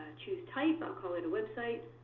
choose type, i'll call it a website.